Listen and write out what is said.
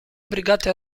brigate